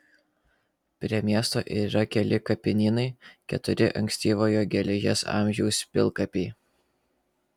prie miesto yra keli kapinynai keturi ankstyvojo geležies amžiaus pilkapiai